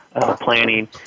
planning